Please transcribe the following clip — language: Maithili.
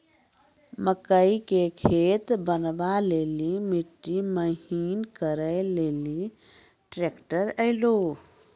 मकई के खेत बनवा ले ली मिट्टी महीन करे ले ली ट्रैक्टर ऐलो?